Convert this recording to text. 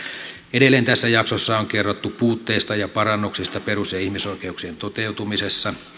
edelleen tässä jaksossa on kerrottu puutteista ja parannuksista perus ja ihmisoikeuksien toteutumisessa